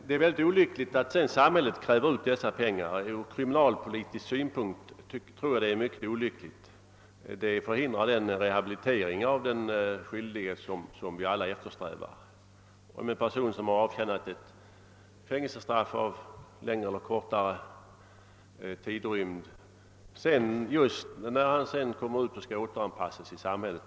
Det är från kriminalpolitisk synpunkt mycket olyckligt att samhället utkräver dessa pengar, eftersom det förhindrar den rehabilitering av den skyldige som vi alla eftersträvar. En person som har avtjänat ett fängelsestraff av längre eller kortare art avkrävs dessa rättegångskostnader när han skall återanpassas i samhället.